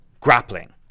Grappling